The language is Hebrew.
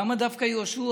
למה דווקא יהושע?